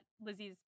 Lizzie's